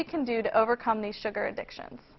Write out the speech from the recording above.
we can do to overcome the sugar addiction